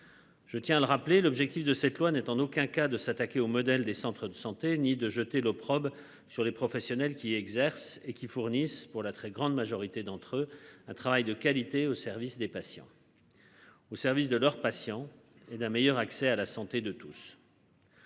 Je tiens à le rappeler l'objectif de cette loi n'est en aucun cas de s'attaquer au modèle des centres de santé ni de jeter l'opprobe sur les professionnels qui exerce et qui fournissent pour la très grande majorité d'entre eux, un travail de qualité au service des patients. Au service de leurs patients et d'un meilleur accès à la santé de tous.